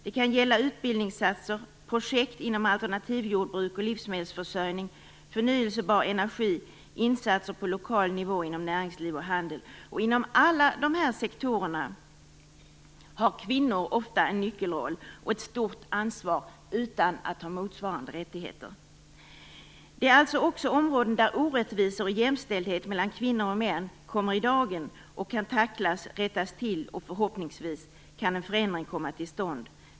Det kan gälla utbildningsinsatser, projekt inom alternativjordbruk och livsmedelsförsörjning, förnybar energi och insatser på lokal nivå inom näringsliv och handel. Inom alla dessa sektorer har kvinnor ofta en nyckelroll och ett stort ansvar, utan att ha motsvarande rättigheter. Detta är alltså områden där orättvisor i jämställdhet mellan kvinnor och män kommer i dagen och kan tacklas och rättas till. Förhoppningsvis kan också en förändring komma till stånd.